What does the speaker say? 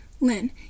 Lynn